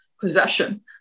possession